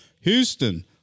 Houston